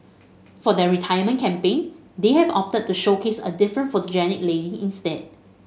for their retirement campaign they have opted to showcase a different photogenic lady instead